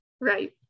Right